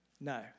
No